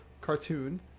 cartoon